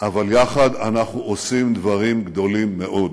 אבל יחד אנחנו עושים דברים גדולים מאוד במדע,